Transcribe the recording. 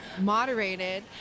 moderated